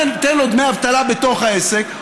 תן לו דמי אבטלה בתוך העסק,